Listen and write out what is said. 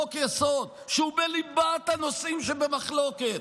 חוק-יסוד שהוא בליבת הנושאים שבמחלוקת,